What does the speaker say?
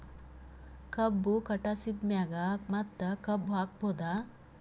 ಕಬ್ಬು ಕಟಾಸಿದ್ ಮ್ಯಾಗ ಮತ್ತ ಕಬ್ಬು ಹಾಕಬಹುದಾ?